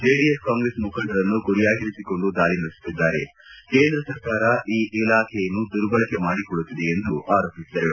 JDS Congress ಮುಖಂಡರನ್ನು ಗುರಿಯಾಗಿಸಿಕೊಂಡು ದಾಳಿ ನಡೆಸುತ್ತಿದ್ದಾರೆ ಕೇಂದ್ರ ಸರ್ಕಾರ ಈ ಇಲಾಖೆಯನ್ನು ದುರ್ಬಳಕ ಮಾಡಿಕೊಳ್ಳುತ್ತಿದೆ ಎಂದು ಆರೋಪಿಸಿದರು